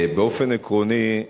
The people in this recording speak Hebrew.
באופן עקרוני,